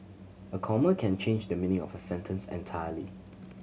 a comma can change the meaning of a sentence entirely